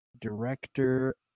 Director